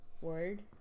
word